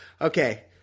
Okay